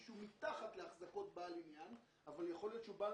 שהוא מתחת לאחזקות בעל עניין אבל יכול להיות שהוא בעל